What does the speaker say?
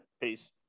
peace